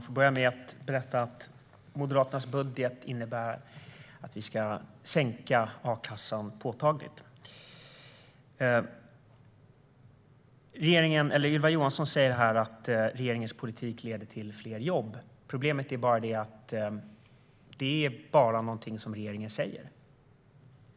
Fru talman! Moderaternas budget innebär att a-kassan ska sänkas påtagligt. Ylva Johansson säger att regeringens politik leder till fler jobb. Problemet är att det bara är något som regeringen säger.